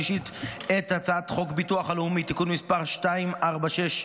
השלישית את הצעת חוק הביטוח הלאומי (תיקון מס' 246,